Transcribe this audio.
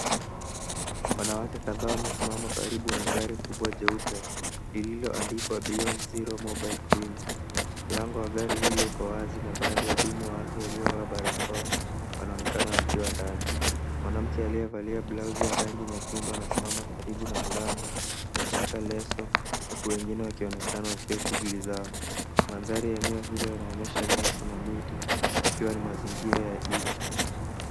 Wanawake kadhaa wamesimama karibu na gari kubwa jeupe lililoandikwa Beyond Zero Mobile Clinic. Mlango wa gari hilo uko wazi na baadhi ya wahudumu wa afya waliovaa barakoa wanaonekana wakiwa ndani. Mwanamke aliyavalia blauzi ya rangi nyekundu anasimama karibu na mlango akishika leso huku wengine wakionekana wakiwa shughuli zao. Mandhari ya eneo hilo yanaonyesha nyasi na miti ikiwa ni mazingira ya nje.